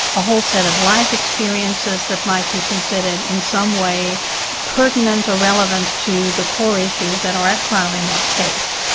a whole set of life experiences that might be considered in some way pertinent or relevant to the core issues that are trial in that case,